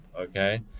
Okay